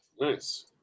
Nice